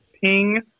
ping